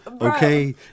Okay